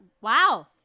Wow